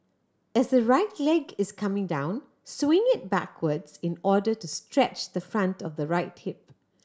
as the right leg is coming down swing it backwards in order to stretch the front of the right hip